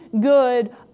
good